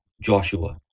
Joshua